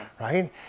right